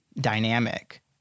dynamic